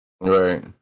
Right